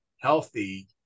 healthy